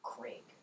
Craig